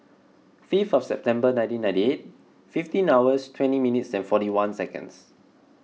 fifth of September nineteen ninety eight fifteen hours twenty minutes and forty one seconds